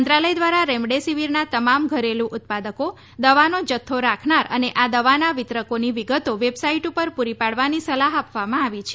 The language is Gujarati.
મંત્રાલય દ્વારા રેમડેસીવીરના તમામ ઘરેલું ઉત્પાદકો દવાનો જથ્થો રાખનાર અને આ દવાના વિતરકોની વિગતો વેબસાઈટ પર પ્રરી પાડવાની સલાહ આપવામાં આવી છે